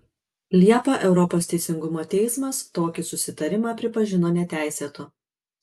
liepą europos teisingumo teismas tokį susitarimą pripažino neteisėtu